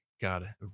God